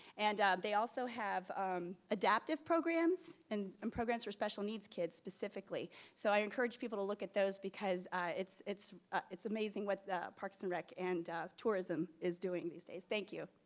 and they also have um adaptive programs and and programs for special needs kids specifically. so i encourage people to look at those because it's it's it's amazing what the parks and rec and tourism is doing these days, thank you.